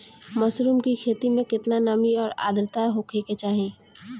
Mushroom की खेती में केतना नमी और आद्रता होखे के चाही?